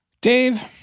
Dave